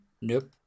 Nope